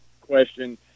question